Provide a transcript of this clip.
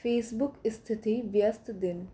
Facebook स्थिति व्यस्त दिन